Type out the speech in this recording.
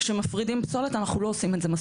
שמפרידים פסולת אנחנו לא עושים את זה כל